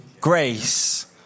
grace